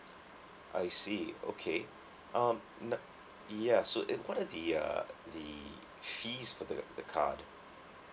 I see okay um not ya so what are the uh the fees for the the card